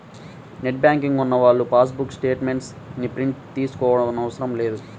net banking ఉన్నవాళ్ళు passbook statements ని print తీయించుకోనవసరం లేదు